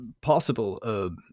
possible